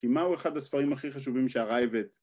כי מה הוא אחד הספרים ‫הכי חשובים שהרייבת.